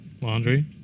Laundry